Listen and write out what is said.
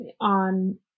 on